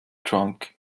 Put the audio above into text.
trunk